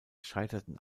scheiterten